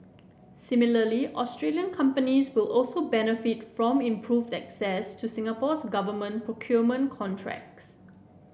similarly Australian companies will also benefit from improved access to Singapore's government procurement contracts